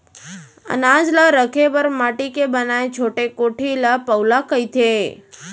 अनाज ल रखे बर माटी के बनाए छोटे कोठी ल पउला कथें